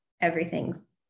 everything's